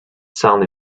sound